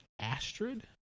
Astrid